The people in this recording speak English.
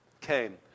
came